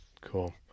Cool